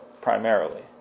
Primarily